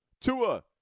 Tua